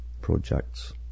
projects